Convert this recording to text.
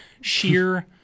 sheer